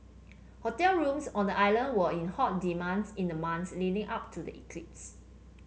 hotel rooms on the island were in hot demands in the months leading up to the eclipse